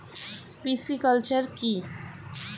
Pisciculture কি?